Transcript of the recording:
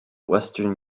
western